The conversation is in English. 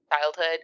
childhood